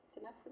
enough